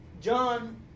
John